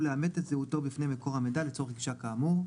לאמת את זהותו בפני מקור המידע לצורך גישה כאמור,